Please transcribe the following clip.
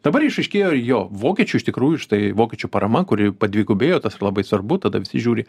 dabar išaiškėjo jo vokiečių iš tikrųjų štai vokiečių parama kuri padvigubėjo tas yra labai svarbu tada visi žiūri